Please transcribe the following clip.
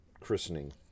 christening